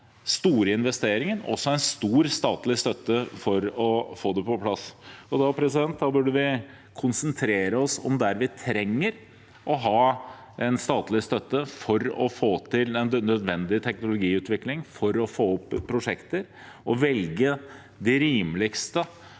store investeringer, også en stor statlig støtte, for å få det på plass. Da burde vi konsentrere oss om der hvor vi trenger statlig støtte for å få til nødvendig teknologiutvikling, for å få opp prosjekter, og velge de rimeligste,